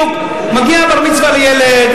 מגיעים בר-מצווה לילד,